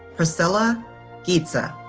priscilla ghita.